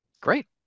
Great